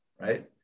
right